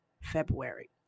february